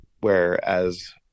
whereas